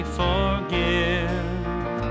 forgive